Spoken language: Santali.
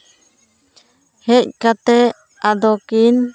ᱦᱮᱡ ᱠᱟᱛᱮ ᱟᱫᱚ ᱠᱤᱱ